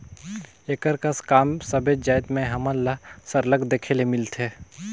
एकर कस काम सबेच जाएत में हमन ल सरलग देखे ले मिलथे